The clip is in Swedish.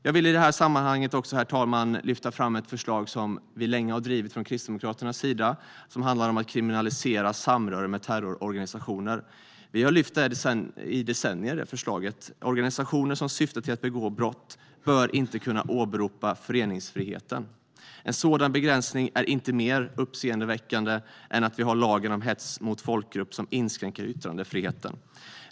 Jag vill i det här sammanhanget också lyfta fram ett förslag som vi från Kristdemokraternas sida länge har drivit. Det handlar om att kriminalisera samröre med terrororganisationer - ett förslag som vi har fört fram i decennier. Organisationer som syftar till att begå brott bör inte kunna åberopa föreningsfriheten. En sådan begränsning är inte mer uppseendeväckande än lagen om hets mot folkgrupp, som inskränker yttrandefriheten.